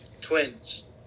twins